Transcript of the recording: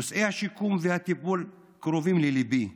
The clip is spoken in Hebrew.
נושאי השיקום והטיפול קרובים לליבי.